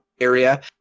area